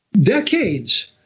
decades